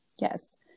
Yes